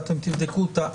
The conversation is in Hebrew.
אתם תבדקו אותה.